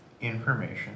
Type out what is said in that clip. information